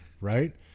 right